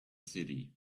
city